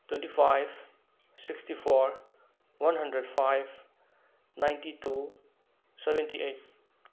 twenty five sixty four one hundred five ninety two seventy eight